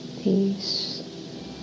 peace